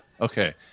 Okay